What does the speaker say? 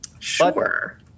Sure